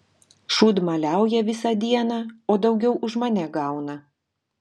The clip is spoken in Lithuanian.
šūdmaliauja visą dieną o daugiau už mane gauna